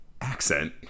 accent